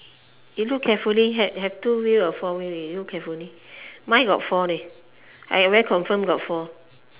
you look carefully have have two wheel or four wheel leh you look carefully mine got four leh I very confirm got four